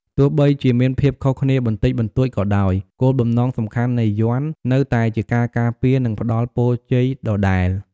ទោះបីជាមានភាពខុសគ្នាបន្តិចបន្តួចក៏ដោយ គោលបំណងសំខាន់នៃយ័ន្តនៅតែជាការការពារ និងផ្ដល់ពរជ័យដដែល។